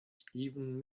even